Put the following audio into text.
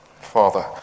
Father